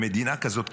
במדינה כזאת,